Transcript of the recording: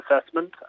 assessment